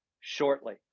shortly